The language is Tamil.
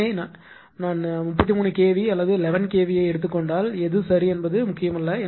எனவே நான் 33 kV அல்லது 11 kV ஐ எடுத்துக் கொண்டால் எது சரி என்பது முக்கியமல்ல